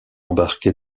embarqué